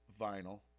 vinyl